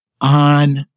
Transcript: on